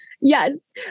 yes